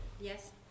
Yes